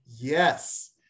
Yes